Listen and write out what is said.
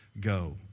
go